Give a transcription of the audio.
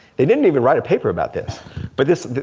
they didn't even write a paper about this but this,